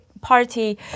party